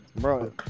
Bro